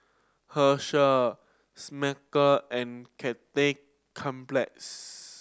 Herschel Smuckers and Cathay Cineplex